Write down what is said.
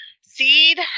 seed